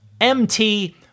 MT